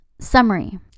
Summary